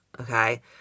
okay